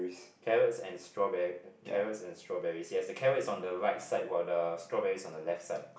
carrots and strawberry carrots and strawberry yes the carrot is on the right side while the strawberry is on the left side